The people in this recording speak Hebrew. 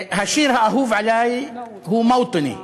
השיר האהוב עלי הוא "מווטני".